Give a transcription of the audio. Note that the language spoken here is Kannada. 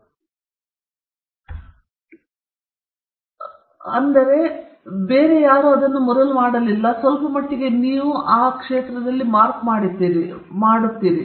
ಇದು ಮುಂಚೆ ಹೋದವುಗಳಿಗೆ ಹೋಲುತ್ತದೆ ಅವು ಇದೇ ರೀತಿಯ ಪದಗಳಾಗಿವೆ ನಂತರ ನೋಂದಾವಣೆ ಒಂದು ಆಕ್ಷೇಪಣೆಯನ್ನು ಉಂಟುಮಾಡಬಹುದು ನೀವು ಕಂಡುಹಿಡಿದಂತಹ ಯಾವುದೇ ಪದಗಳು ಇಲ್ಲದಿದ್ದರೆ ಅಥವಾ ನೀವು ಮೊದಲ ಬಾರಿಗೆ ಪದವನ್ನು ಬಳಸಿದರೆ ಬೇರೆ ಯಾರೂ ಅದನ್ನು ಮೊದಲು ಮಾಡಲಿಲ್ಲ ಸ್ವಲ್ಪಮಟ್ಟಿಗೆ ನೀವು ಮಾರ್ಕ್ ಪಡೆಯುತ್ತೀರಿ